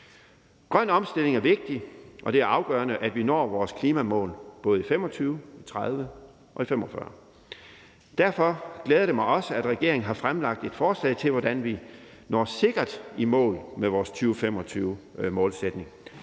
Grøn omstilling er vigtigt, og det er afgørende, at vi når vores klimamål både i 2025, i 2030 og i 2045. Derfor glæder det mig også, at regeringen har fremlagt et forslag til, hvordan vi når sikkert i mål med vores 2025-målsætning.